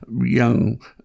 young